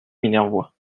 minervois